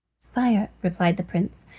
sire, replied the prince,